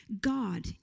God